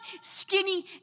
skinny